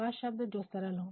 वह शब्द जो सरल हो